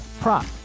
prop